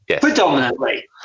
predominantly